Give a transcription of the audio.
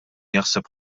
jaħseb